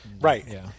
Right